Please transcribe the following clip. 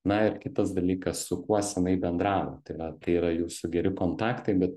na ir kitas dalykas su kuo senai bendravot tai yra tai yra jūsų geri kontaktai bet